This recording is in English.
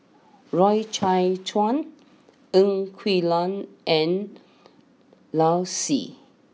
Loy Chye Chuan Ng Quee Lam and Lau Si